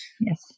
yes